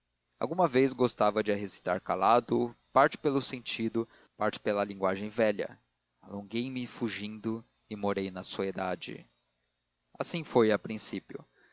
alguma vez gostava de a recitar calado parte pelo sentido parte pela linguagem velha alonguei me fugindo e morei na soedade assim foi a princípio